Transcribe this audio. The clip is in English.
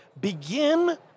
Begin